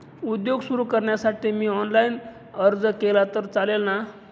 उद्योग सुरु करण्यासाठी मी ऑनलाईन अर्ज केला तर चालेल ना?